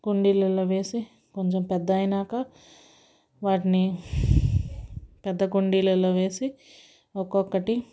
కుండీలలో వేసి కొంచెం పెద్ద అయినాక వాటిని పెద్ద కుండీలలో వేసి ఒక్కొక్కటి